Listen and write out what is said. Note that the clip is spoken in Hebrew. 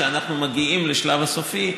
כשאנחנו מגיעים לשלב הסופי,